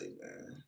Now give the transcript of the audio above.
man